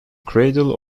cradle